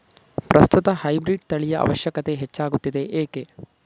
ಪ್ರಸ್ತುತ ಹೈಬ್ರೀಡ್ ತಳಿಯ ಅವಶ್ಯಕತೆ ಹೆಚ್ಚಾಗುತ್ತಿದೆ ಏಕೆ?